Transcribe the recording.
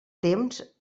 temps